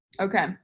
Okay